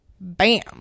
bam